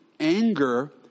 Anger